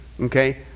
okay